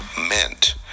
meant